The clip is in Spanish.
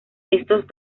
estos